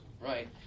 Right